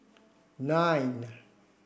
nine